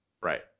Right